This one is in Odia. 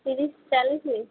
ତିରିଶ ଚାଳିଶ